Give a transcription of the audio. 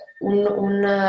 un